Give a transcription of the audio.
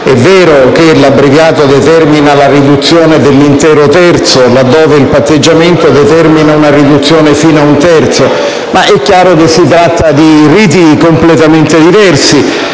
È vero che l'abbreviato determina la riduzione dell'intero terzo, laddove il patteggiamento determina una riduzione fino ad un terzo. Si tratta, però, chiaramente, di riti completamente diversi.